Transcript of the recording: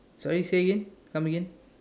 sorry say again come again